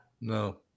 No